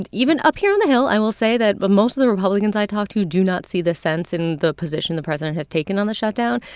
and even up here on the hill, i will say that but most of the republicans i talked to do not see the sense in the position the president has taken on the shutdown.